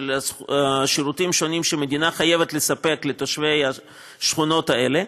של שירותים שונים שמדינה חייבת לספק לתושבי השכונות האלה,